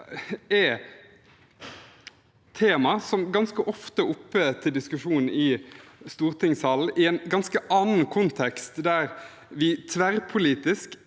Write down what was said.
er et tema som ganske ofte er oppe til diskusjon i stortingssalen i en ganske annen kontekst, der vi tverrpolitisk